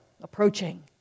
approaching